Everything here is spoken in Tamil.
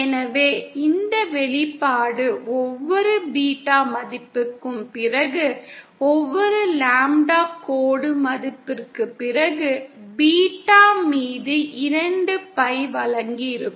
எனவே இந்த வெளிப்பாடு ஒவ்வொரு பீட்டா மதிப்புக்கும் பிறகு ஒவ்வொரு லாம்ப்டா கோடு மதிப்புக்குப் பிறகு பீட்டா மீது இரண்டு Pi வழங்கியிருக்கும்